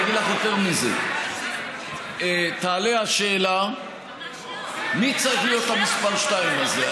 אני אגיד לך יותר מזה: תעלה השאלה מי צריך להיות המספר שתיים הזה.